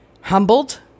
humbled